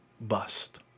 bust